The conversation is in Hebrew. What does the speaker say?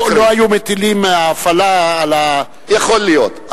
לא היו מטילים האפלה על, יכול להיות.